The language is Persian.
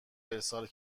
ارسال